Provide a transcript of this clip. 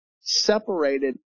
separated